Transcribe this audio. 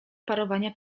parowania